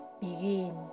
begin